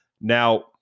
Now